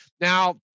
Now